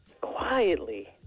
Quietly